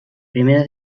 primera